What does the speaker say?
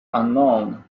unknown